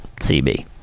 cb